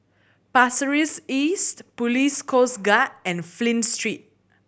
Pasir Ris East Police Coast Guard and Flint Street